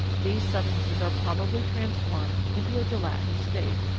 these substances are probably transformed into a gelatinous state,